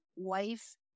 Wife